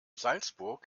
salzburg